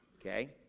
Okay